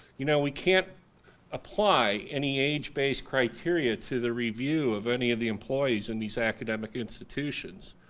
you know we can't apply any age-based criteria to the review of any of the employees in these academic institutions.